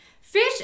Fish